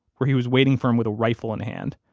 where he was waiting for him with a rifle in hand,